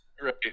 right